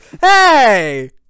Hey